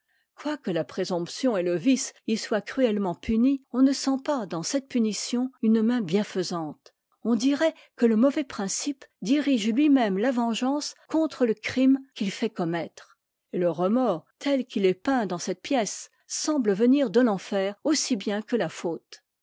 quoique la présomption et le vice y soient cruellement punis on ne sent pas dans cette punition une main bienfaisante on dirait que le mauvais principe dirige lui-même la vengeance contre le crime qu'il fait commettre et le remords tel qu'il est peint dans cette pièce semble venir de l'enfer aussi bien que la faute